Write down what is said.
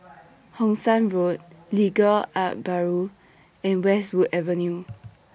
Hong San Walk Legal Aid Bureau and Westwood Avenue